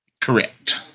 Correct